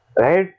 right